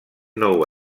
nou